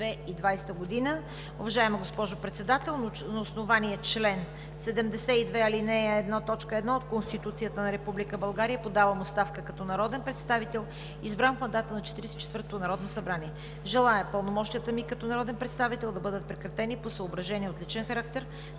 пълномощията ми като народен представител да бъдат прекратени по съображения от личен характер